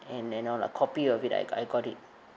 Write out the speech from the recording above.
and and all a copy of it I G~ I got it